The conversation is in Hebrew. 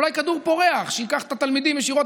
אולי כדור פורח שייקח את התלמידים ישירות